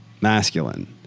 masculine